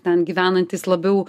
ten gyvenantys labiau